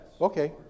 Okay